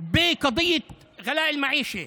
במיוחד בוועדת הכספים,